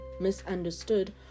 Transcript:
misunderstood